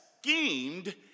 schemed